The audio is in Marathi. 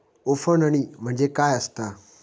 उफणणी म्हणजे काय असतां?